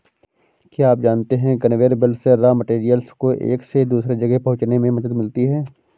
क्या आप जानते है कन्वेयर बेल्ट से रॉ मैटेरियल्स को एक से दूसरे जगह पहुंचने में मदद मिलती है?